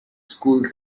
schools